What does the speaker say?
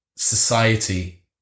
society